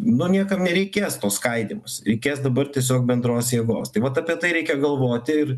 nu niekam nereikės to skaidymosi reikės dabar tiesiog bendros jėgos tai vat apie tai reikia galvoti ir